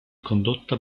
condotta